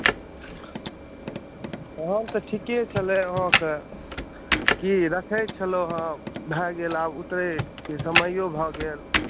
तहन तऽ ठीके छलै अहाँके की रखै छलहुँ हँ अहाँके भऽ गेल आब उतरहोके समय भऽ गेल